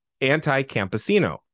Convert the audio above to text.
anti-campesino